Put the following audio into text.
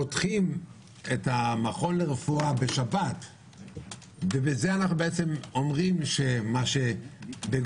אנחנו פותחים את המכון לרפואה בשבת ובזה אומרים שמה שבן